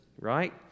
right